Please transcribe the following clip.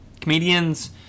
comedians